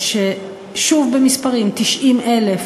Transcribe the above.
אני הייתי מקווה שבג"ץ גם יפסול את החוק שנדון